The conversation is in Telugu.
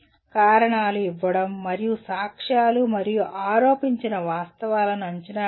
కారణాలు ఇవ్వడం మరియు సాక్ష్యాలు మరియు ఆరోపించిన వాస్తవాలను అంచనా వేయడం